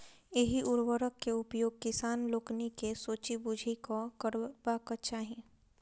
एहि उर्वरक के उपयोग किसान लोकनि के सोचि बुझि कअ करबाक चाही